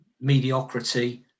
mediocrity